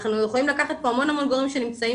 אנחנו יכולים לקחת פה המון המון כגורמים שנמצאים